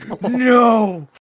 No